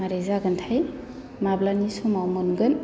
मारै जागोनथाय माब्लानि समाव मोनगोन